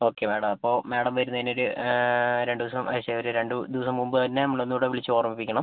okay madam അപ്പോൾ madam വരുന്നതിനൊരു രണ്ട് ദിവസം ച്ചെ ഒരു രണ്ട് ദിവസം മുമ്പ് തന്നെ നമ്മളെ ഒന്നുകൂടെ വിളിച്ച് ഓർമിപ്പിക്കണം